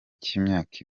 cy’imyaka